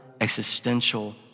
existential